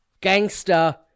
gangster